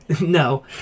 no